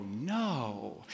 no